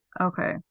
Okay